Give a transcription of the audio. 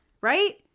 right